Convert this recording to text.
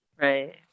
Right